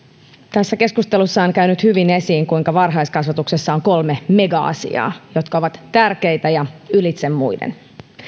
tässä keskustelussa on käynyt hyvin esiin kuinka varhaiskasvatuksessa on kolme mega asiaa jotka ovat tärkeitä ja ylitse muiden